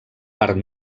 part